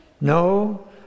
no